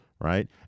right